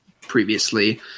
previously